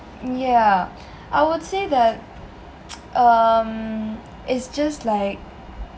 yeah I would say that um it's just like to